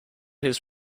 his